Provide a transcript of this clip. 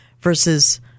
versus